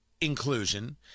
inclusion